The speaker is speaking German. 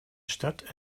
stadt